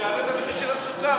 שיעלה את המחיר של הסוכר,